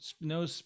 no